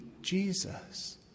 Jesus